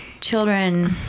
children